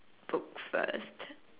books first